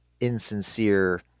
insincere